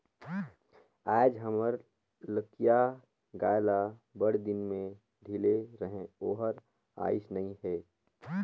आयज हमर लखिया गाय ल बड़दिन में ढिले रहें ओहर आइस नई हे